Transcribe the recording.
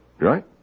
Right